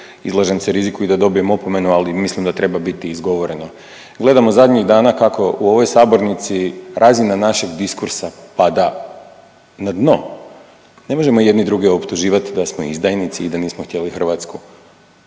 izlažem se riziku i da dobijem opomenu, ali mislim da treba biti izgovoreno. Gledamo zadnjih dana kako u ovoj sabornici razina našeg diskursa pada na dno, ne možemo jedni druge optuživati da smo izdajnici i da nismo htjeli Hrvatsku.